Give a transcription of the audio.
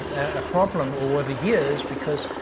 a problem over the years because,